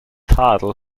tadel